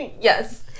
Yes